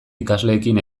ikasleekin